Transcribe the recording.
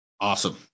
Awesome